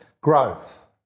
growth